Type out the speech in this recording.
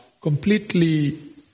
completely